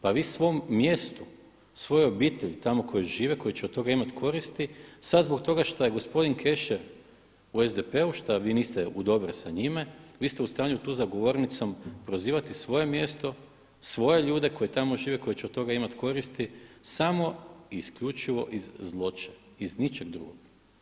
Pa vi svom mjestu, svojoj obitelji tamo koji žive, koji će od toga imati koristi sad zbog toga što je gospodin Kešer u SDP-u, šta vi niste u dobru sa njime, vi ste u stanju tu za govornicom prozivati svoje mjesto, svoje ljude koji tamo žive koji će od toga imati koristi samo i isključivo iz zloće, iz ničeg drugog.